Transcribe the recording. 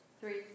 Three